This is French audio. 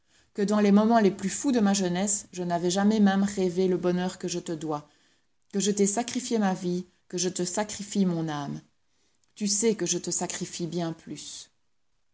que dans les moments les plus fous de ma jeunesse je n'avais jamais même rêvé le bonheur que je te dois que je t'ai sacrifié ma vie que je te sacrifie mon âme tu sais que je te sacrifie bien plus